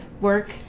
work